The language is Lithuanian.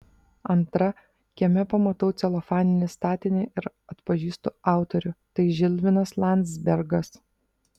antra kieme pamatau celofaninį statinį ir atpažįstu autorių tai žilvinas landzbergas